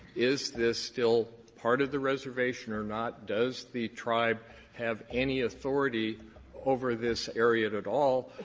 is this still part of the reservation or not? does the tribe have any authority over this area at at all?